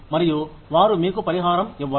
మరియు వారు మీకు పరిహారం ఇవ్వరు